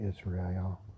Israel